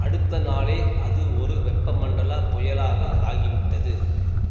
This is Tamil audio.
அடுத்த நாளே அது ஒரு வெப்பமண்டல புயலாக ஆகிவிட்டது